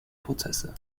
prozesse